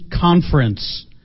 conference